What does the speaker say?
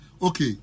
Okay